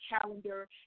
calendar